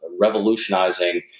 revolutionizing